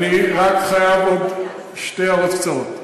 אני רק חייב עוד שתי הערות קצרות: